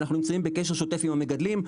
אנחנו נמצאים בקשר שוטף עם המגדלים,